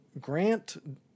Grant